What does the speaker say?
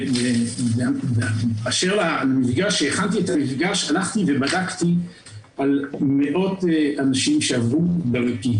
כאשר התכוננתי לדיון בדקתי מה קרה עם מאות אנשים שעברו אצלנו.